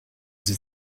sie